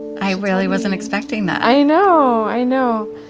i really wasn't expecting that i know, i know.